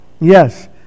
Yes